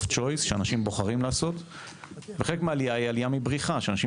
חלק מהעלייה היא עלייה מבריחה כי אנשים